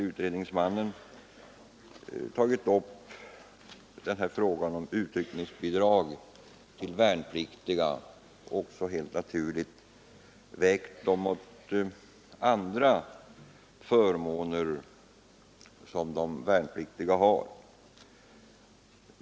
Utredningsmannen har där tagit upp frågan om utryckningsbidraget och helt naturligt vägt detta mot andra förmåner som de värnpliktiga har.